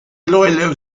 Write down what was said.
iloilo